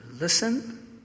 listen